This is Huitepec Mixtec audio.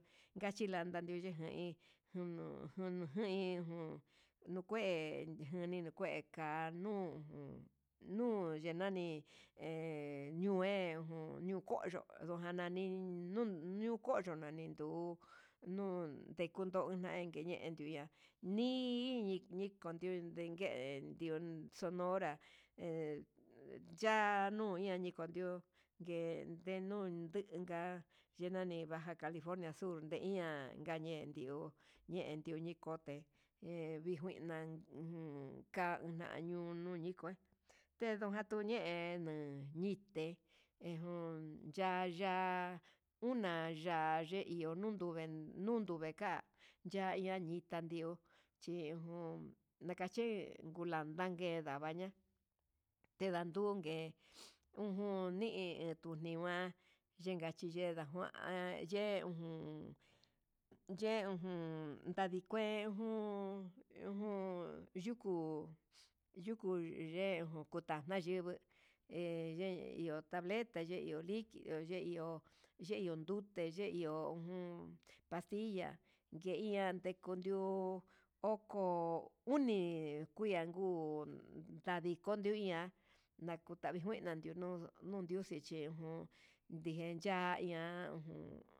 Ngachilanda nguena hí junu juu hí uun nukue jani kue ka nuu, nuu yenani he nue jun ñuu koyo ndujanani iin niu koyo nani, tuu no ndikue ndendia ñi'i ndiko ndiunde ngue dio sonora he yanuu ndiko ndiu, ngue nenu ndinka yee nani baja california sur de ihan ñendio ñendio ndikote ye ndijuina jun ka'a una ño'o uun ndiko teño ña'a tuñe'e ñenuu ñite ejun ya'a nuna ya unduu vee ka yani ndita nrio, chingun ndakaye ngunlande ndavaña tendandungue, ujun nii tundijuan ye yiyenda juan eye jun ye ujun ndadike jun ujun yuku yuku yee kutana yingui he ye iho tableta ye iho libro ye iho yiun ndute ye iho ngun pastilla ye iin yande kundio oko uni, kuiaku ndadi kondio ña'a nakutua vixvena ndiundo nunyuxhi uun deda iha ujun.